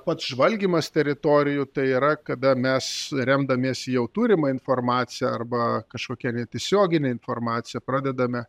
pats žvalgymas teritorijų tai yra kada mes remdamiesi jau turima informacija arba kažkokia netiesiogine informacija pradedame